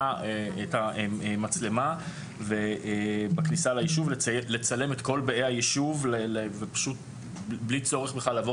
את המצלמה ובכניסה ליישוב לצלם את כל באי היישוב בלי צורך לעבור